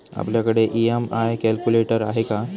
आपल्याकडे EMI calculator आहे का?